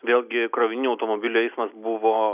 vėlgi krovininių automobilių eismas buvo